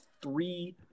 three